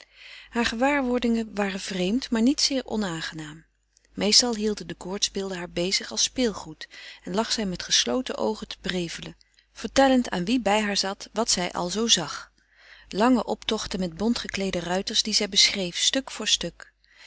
haar gewaarwordingen waren vreemd maar niet zeer onaangenaam meestal hielden de koortsbeelden haar bezig als speelgoed en lag zij met gesloten oogen te prevelen vertellend aan wie bij haar zat wat zij al zoo zag lange optochten met bont gekleede ruiters die zij beschreef stuk voor stuk